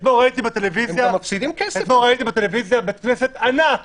אתמול ראיתי בטלוויזיה בית כנסת ענק,